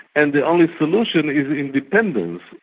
and the only solution is independence,